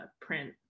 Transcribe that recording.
print